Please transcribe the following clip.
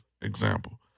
example